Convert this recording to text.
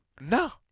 No